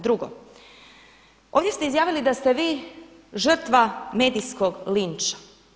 Drugo, ovdje ste izjavili da ste vi žrtva medijskog linča.